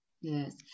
yes